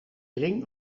ring